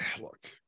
Look